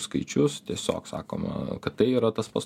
skaičius tiesiog sakoma kad tai yra tas pats